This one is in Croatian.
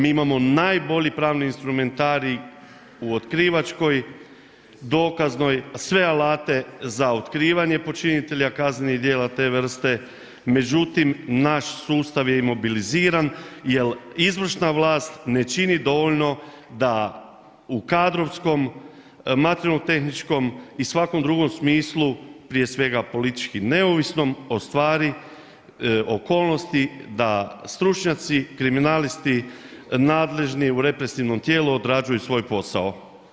Mi imamo najbolji pravni instrumentarij u otkrivačkoj, dokaznoj sve alate za otkrivanje počinitelja kaznenih djela te vrste, međutim naš sustav je imobiliziran jel izvršna vlast ne čini dovoljno da u kadrovskom, materijalno-tehničkom i svakom drugom smislu, prije svega, politički neovisnom, ostvari okolnosti da stručnjaci, kriminalisti, nadležni u represivnom tijelu odrađuju svoj posao.